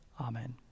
Amen